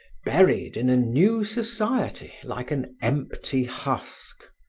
buried in a new society like an empty husk.